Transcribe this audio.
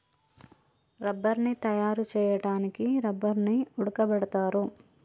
రబ్బర్ని తయారు చేయడానికి రబ్బర్ని ఉడకబెడతారు